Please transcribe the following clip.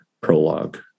prologue